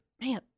Man